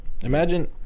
Imagine